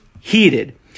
heated